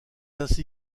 ainsi